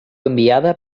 enviada